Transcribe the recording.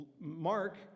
Mark